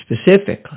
specifically